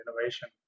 innovation